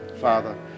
father